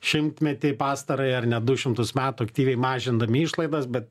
šimtmetį pastarąjį ar net du šimtus metų aktyviai mažindami išlaidas bet